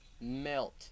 Melt